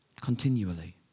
continually